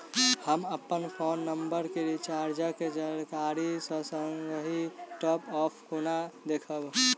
हम अप्पन phone number केँ रिचार्जक जानकारी आ संगहि टॉप अप कोना देखबै?